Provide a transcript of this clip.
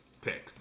pick